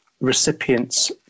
recipients